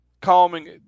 calming